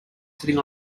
sitting